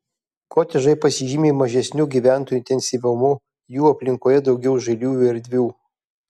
kotedžai pasižymi mažesniu gyventojų intensyvumu jų aplinkoje daugiau žaliųjų erdvių